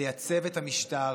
לייצב את המשטר,